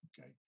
okay